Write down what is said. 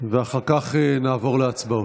ואחר כך נעבור להצבעות.